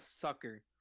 sucker